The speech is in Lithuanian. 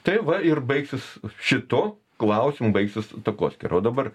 tai va ir baigsis šito klausimo baigsis takoskyra o dabar